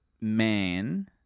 man